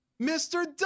Mr